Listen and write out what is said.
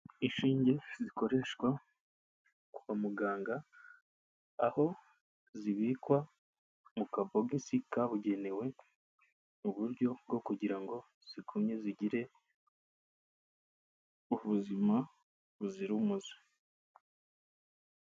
Inshinge zikoreshwa kwa muganga, aho zibikwa mu kabogisi kabugenewe, mu buryo bwo kugira ngo zigumye zigire ubuzima buzira umuze.